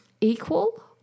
equal